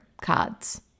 cards